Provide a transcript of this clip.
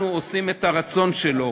אנחנו עושים את הרצון שלו.